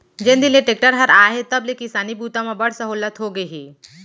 जेन दिन ले टेक्टर हर आए हे तब ले किसानी बूता म बड़ सहोल्लत होगे हे